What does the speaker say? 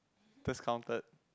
discounted